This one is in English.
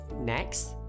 Next